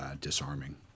disarming